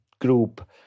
group